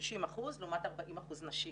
60% לעומת 40% נשים.